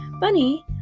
Bunny